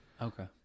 Okay